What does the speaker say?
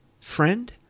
Friend